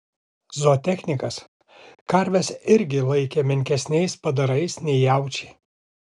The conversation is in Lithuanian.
zootechnikas karves irgi laikė menkesniais padarais nei jaučiai